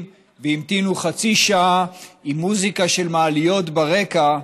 והמתינו חצי שעה עם מוזיקה של מעליות ברקע,